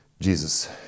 Jesus